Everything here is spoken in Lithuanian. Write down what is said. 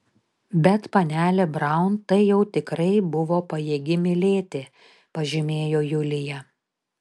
bet panelė braun tai jau tikrai buvo pajėgi mylėti pažymėjo julija